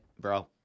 bro